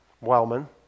Wellman